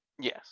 Yes